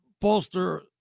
bolster –